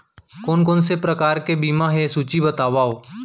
कोन कोन से प्रकार के बीमा हे सूची बतावव?